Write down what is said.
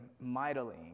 mightily